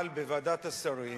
אבל בוועדת השרים